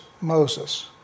Moses